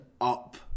up